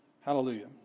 Hallelujah